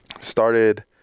started